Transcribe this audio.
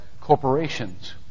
corporations